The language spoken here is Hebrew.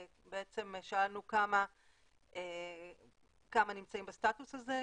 בעצם שאלנו כמה נמצאים בסטטוס הזה,